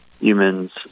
humans